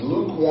Luke